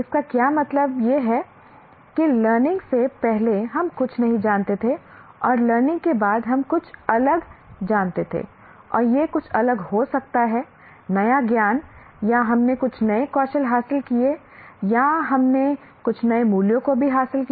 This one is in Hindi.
इसका क्या मतलब यह है कि लर्निंग से पहले हम कुछ नहीं जानते थे और लर्निंग के बाद हम कुछ अलग जानते थे और यह कुछ अलग हो सकता है नया ज्ञान या हमने कुछ नए कौशल हासिल किए या हमने कुछ नए मूल्यों को भी हासिल किया